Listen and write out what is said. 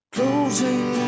Closing